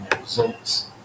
results